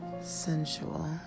sensual